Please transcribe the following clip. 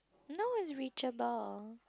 no is reachable